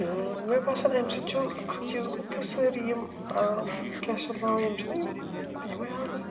تہٕ مےٚ باسان اَمہِ سۭتۍ چھُ اکھ چیٖز گوٚو کہِ سٲری یِم کیٛاہ چھِ اتھ ناو یِم چھِنَہ یِم یِمَے حظ